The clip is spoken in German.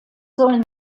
sollen